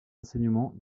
enseignement